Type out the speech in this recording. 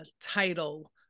title